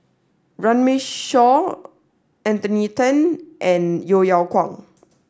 Runme Shaw Anthony Then and Yeo Yeow Kwang